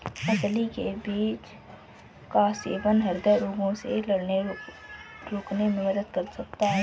अलसी के बीज का सेवन हृदय रोगों से लड़ने रोकने में मदद कर सकता है